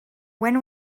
when